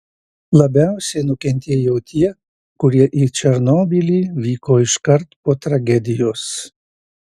labiausiai nukentėjo tie kurie į černobylį vyko iškart po tragedijos